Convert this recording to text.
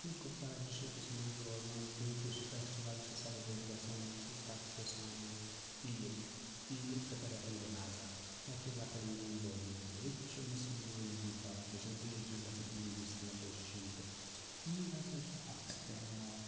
بہٕ چھُس کُپوارہ ڈِسٹرکَس منٛز روزان تہٕ ییٚتہِ یُس فیسٹِول چھُ سیٚلِبریٹ گَژھان تہٕ تَتھ چھِ أسۍ وَنان عیٖد عیٖد اُلفطر یا عیٖد الضحال یَتھ چھِ أسۍ لۅکٕٹۍ عیٖد یا بٔڈ عیٖد وَنان ییٚتہِ چھِ مُسلمانَن ہٕنٛز پاپلیشَن تہٕ ییٚتہِ چھِ گژھان عیٖدٕچ سٮ۪لِبریشَن تہٕ عیٖد ہَسا چھِ اَکھ سُہ تہوار